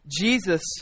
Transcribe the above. Jesus